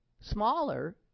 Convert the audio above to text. Smaller